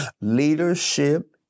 leadership